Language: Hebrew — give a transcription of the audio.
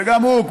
שגם הוא,